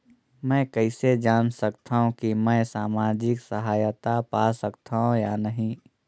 मै कइसे जान सकथव कि मैं समाजिक सहायता पा सकथव या नहीं?